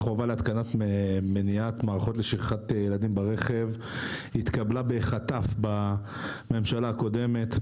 החובה להתקנת מערכות למניעת שכחת ילדים ברכב התקבלה בחטף בממשלה הקודמת.